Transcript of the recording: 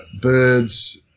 birds